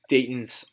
Dayton's